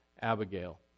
Abigail